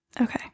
Okay